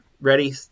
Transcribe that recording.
Ready